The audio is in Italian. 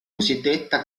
cosiddetta